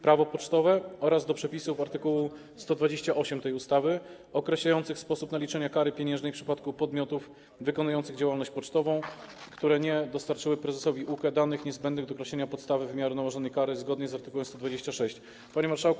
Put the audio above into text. Prawo pocztowe, oraz do przepisów art. 128 tej ustawy, określających sposób naliczania kary pieniężnej w przypadku podmiotów wykonujących działalność pocztową, które nie dostarczyły prezesowi UKE danych niezbędnych do określenia podstawy wymiaru nałożonej kary zgodnie z art. 126. Panie Marszałku!